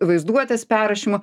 vaizduotės perrašymu